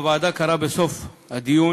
הוועדה גם קראה בסוף הדיון,